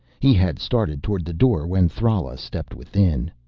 he had started toward the door when thrala stepped within.